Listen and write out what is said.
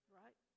right